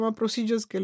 procedures